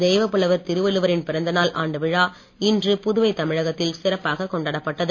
தெய்வப்புலவர் திருவள்ளுவரின் பிறந்தநாள் ஆண்டுவிழா இன்று புதுவை தமிழகத்தில் சிறப்பாக கொண்டாப் பட்டது